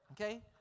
Okay